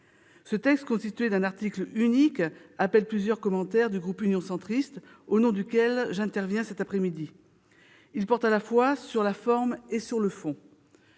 Ce texte, constitué d'un article unique, appelle plusieurs commentaires du groupe Union Centriste, au nom duquel j'interviens cet après-midi. Ils portent à la fois sur la forme et sur le fond.